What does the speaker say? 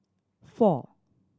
four